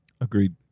Agreed